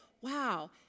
wow